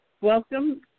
Welcome